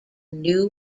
new